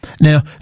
Now